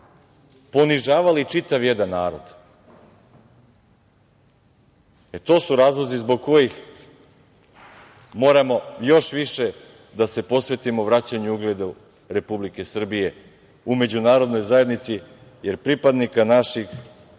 ponižavali čitav jedan narod, e to su razlozi zbog kojih moramo još više da se posvetimo vraćanju ugleda Republike Srbije u Međunarodnoj zajednici, jer pripadnika naših